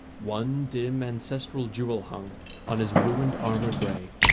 one dim ancestral jewel hung on his ruined armour grey,